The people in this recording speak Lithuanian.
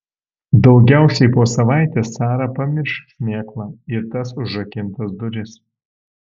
daugiausiai po savaitės sara pamirš šmėklą ir tas užrakintas duris